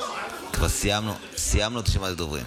כבר סיימנו את רשימת הדוברים.